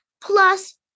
plus